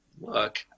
look